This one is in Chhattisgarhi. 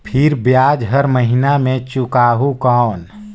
फिर ब्याज हर महीना मे चुकाहू कौन?